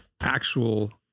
actual